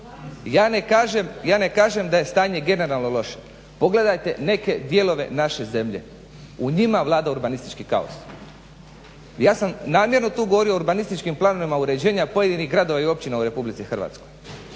Ja ne kažem da je stanje generalno loše, pogledajte neke dijelove naše zemlje u njima vlada urbanistički kaos. Ja sam namjerno tu govorio o urbanističkim planovima uređenja pojedinih gradova i općina u RH, ali u